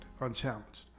unchallenged